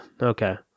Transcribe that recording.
okay